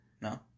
No